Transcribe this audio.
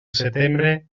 setembre